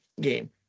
game